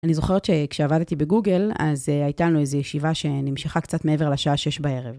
אני זוכרת שכשעבדתי בגוגל אז הייתה לנו איזו ישיבה שנמשכה קצת מעבר לשעה שש בערב.